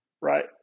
right